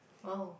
!wow!